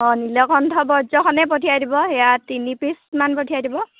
অঁ নীলকণ্ঠ ব্ৰজখনেই পঠিয়াই দিব সেয়া তিনি পিছমান পঠিয়াই দিব